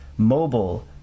mobile